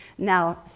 Now